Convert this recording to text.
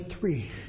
three